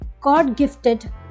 god-gifted